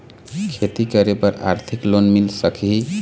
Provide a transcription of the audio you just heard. खेती करे बर आरथिक लोन मिल सकही?